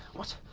what? oh,